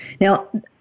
Now